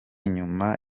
nyuma